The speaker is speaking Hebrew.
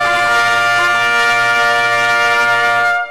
(תרועת חצוצרות)